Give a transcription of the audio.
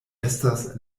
estas